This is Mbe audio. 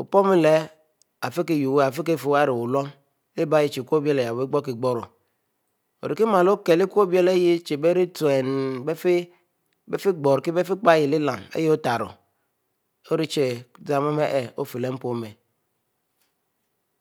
Opoun leh ifieh ki fieh ari wuluom leh-bie yeh chie ikewuble ihiehb igrighoro, ori mu okiel chie ikowble arieh utenn biefieh ghrikie, ri chie zamh mu arieh ofieh leh npoieh m'a,